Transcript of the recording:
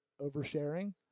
oversharing